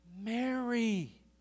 Mary